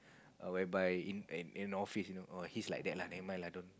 err whereby in in an office you know he's like that lah never mind lah don't